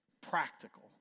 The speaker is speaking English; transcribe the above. practical